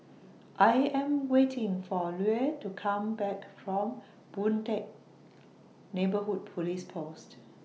I Am waiting For Lue to Come Back from Boon Teck Neighbourhood Police Post